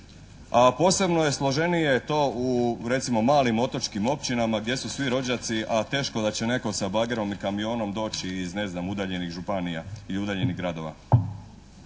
A posebno je složenije to u recimo malim otočkim općinama gdje su svi rođaci, a teško da će netko sa bagerom i kamionom doći iz neznam udaljenih županija i udaljenih gradova.